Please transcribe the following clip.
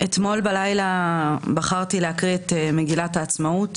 אתמול בלילה בחרתי להקריא את מגילת העצמאות.